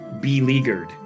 beleaguered